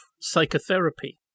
psychotherapy